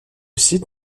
site